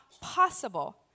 possible